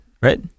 right